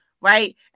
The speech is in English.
Right